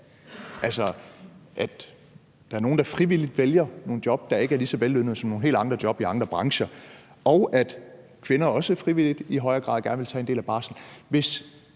at der er nogle, der frivilligt vælger nogle job, der ikke er lige så vellønnede som nogle helt andre job i andre brancher, og at kvinder også frivilligt i højere grad gerne vil tage en del af barslen.